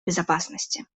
безопасности